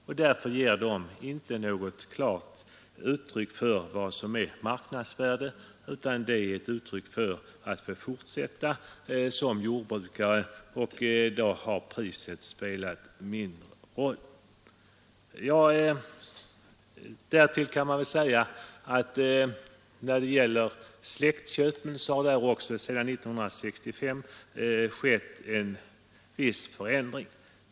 Därför ger köpeskillingen i de fallen inte något klart besked om vad som är marknadsvärdet. Den är snarare ett uttryck för en önskan att fortsätta som jordbrukare; priset har då spelat mindre roll. När det gäller släktköpen har det sedan 1965 skett en viss förändring.